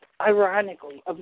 ironically